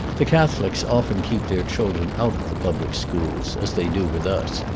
the catholics often keep their children out of the public schools, as they do with us,